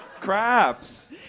crafts